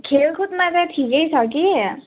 खेलकुदमा त ठिकै छ कि